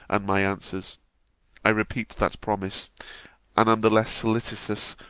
and my answers i repeat that promise and am the less solicitous,